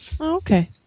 Okay